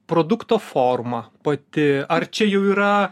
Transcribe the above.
produkto forma pati ar čia jau yra